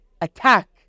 attack